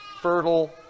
fertile